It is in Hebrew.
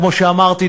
כמו שאמרתי,